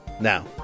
Now